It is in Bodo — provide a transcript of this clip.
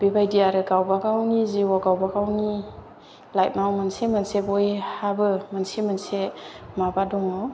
बेबायदि आरो गावबा गावनि जिउआव गावबा गावनि लाइफआव मोनसे मोनसे बयहाबो मोनसे मोनसे माबा दङ